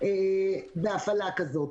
בהפעלה כזאת.